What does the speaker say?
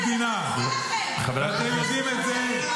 לא מבינה את המושגים האלה.